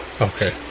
Okay